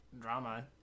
drama